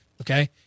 Okay